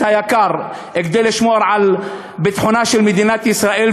היקר כדי לשמור על ביטחונה של מדינת ישראל,